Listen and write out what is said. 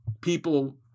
people